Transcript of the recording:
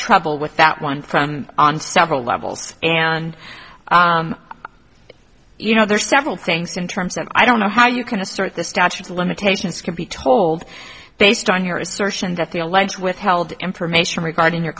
trouble with that one from on several levels and you know there are several things in terms that i don't know how you can assert the statute of limitations can be told based on your assertion that the alleged withheld information regarding your